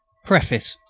preface